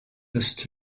ist